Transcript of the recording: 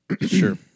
Sure